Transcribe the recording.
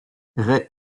ray